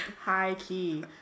High-key